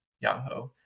Yahoo